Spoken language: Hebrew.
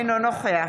אינו נוכח